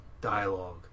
dialogue